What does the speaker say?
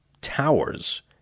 towers